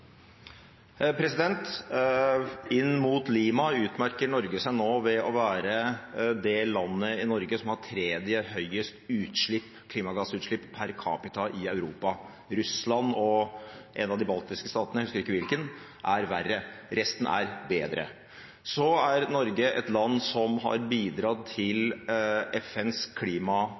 Inn mot Lima utmerker Norge seg nå ved å være det landet som har tredje høyest klimagassutslipp per capita i Europa. Russland og en av de baltiske statene – jeg husker ikke hvilken – er verre, resten er bedre. Så er Norge et land som har bidratt til FNs